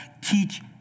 teach